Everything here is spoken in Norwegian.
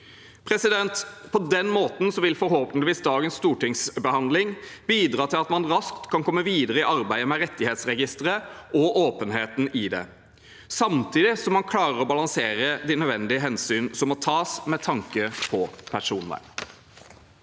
På den måten vil forhåpentligvis dagens stortingsbehandling bidra til at man raskt kan komme videre i arbeidet med rettighetsregisteret og åpenheten i det, samtidig som man klarer å balansere de nødvendige hensyn som må tas med tanke på personvern.